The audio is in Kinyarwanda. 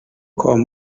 com